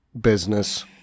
business